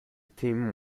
team